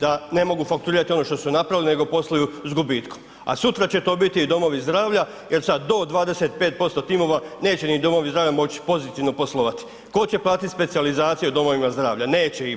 da ne mogu fakturirati ono što su napravili, nego posluju s gubitkom, a sutra će to biti i domovi zdravlja jel sad do 25% timova neće ni domovi zdravlja moć pozitivno poslovati, tko će platiti specijalizaciju domovima zdravlja, neće ih biti.